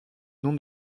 nom